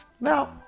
Now